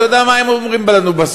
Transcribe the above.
אתה יודע מה הם אומרים לנו בסוף?